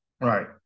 Right